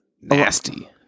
Nasty